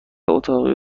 اتاقی